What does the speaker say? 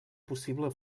possible